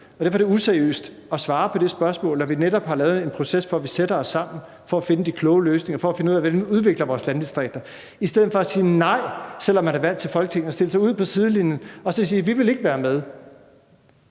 Derfor er det useriøst at skulle svare på det spørgsmål, når vi netop har lavet en proces, hvor vi sætter os sammen for at finde de kloge løsninger og for at finde ud af, hvordan vi udvikler vores landdistrikter, i stedet for at sige nej, hvor man stiller sig ude på sidelinjen, selv om man er